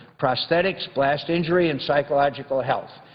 prosthetics, blast injury and psychological health.